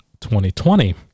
2020